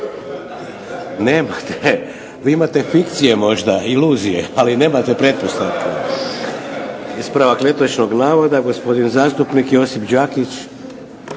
Nemate, vi imate fikcije možda, iluzije, ali nemate pretpostavke. Ispravak netočnog navoda, gospodin zastupnik Josip Đakić.